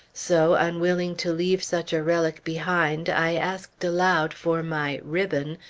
so, unwilling to leave such a relic behind, i asked aloud for my ribbon,